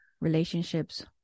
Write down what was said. relationships